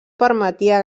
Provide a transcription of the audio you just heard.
permetia